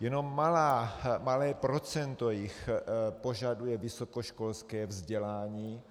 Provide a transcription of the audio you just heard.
Jenom malé procento jich požaduje vysokoškolské vzdělání